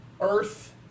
Earth